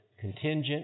contingent